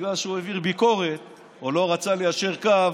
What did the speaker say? בגלל שהוא העביר ביקורת או לא רצה ליישר קו